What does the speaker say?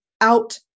out